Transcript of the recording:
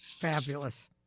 Fabulous